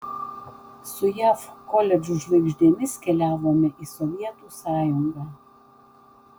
su jav koledžų žvaigždėmis keliavome į sovietų sąjungą